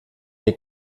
mir